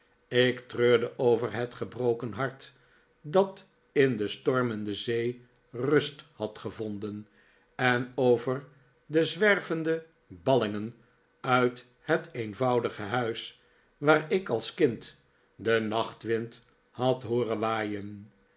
ik treurde over het gebroken hart dat in de stormende zee rust had gevonden en over de zwervende ballingen uit het eenvoudige huis waar ik als kind den nachtwind had hooren waaien